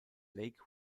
lake